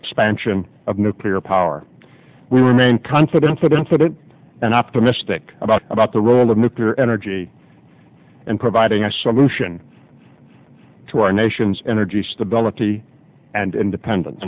expansion of nuclear power we remain confident that incident and optimistic about about the role of nuclear energy and providing a solution to our nation's energy stability and independen